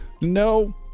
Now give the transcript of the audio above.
No